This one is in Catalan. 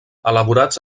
elaborats